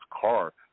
car